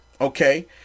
okay